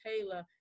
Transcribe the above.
Taylor